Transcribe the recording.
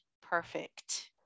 perfect